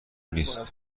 نیست